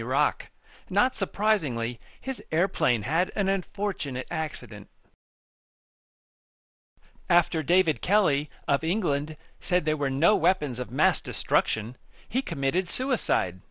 iraq not surprisingly his airplane had an unfortunate accident after david kelly of england said there were no weapons of mass destruction he committed suicide